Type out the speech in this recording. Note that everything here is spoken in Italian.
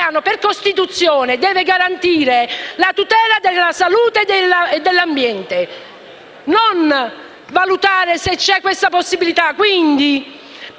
per Costituzione, deve garantire la tutela della salute e dell'ambiente e non valutare se c'è questa possibilità.